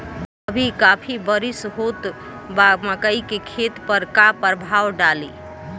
अभी काफी बरिस होत बा मकई के खेत पर का प्रभाव डालि?